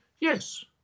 Yes